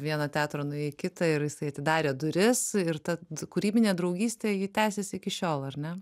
vieno teatro nuėjo į kitą ir jisai atidarė duris ir ta kūrybinė draugystė ji tęsias iki šiol ar ne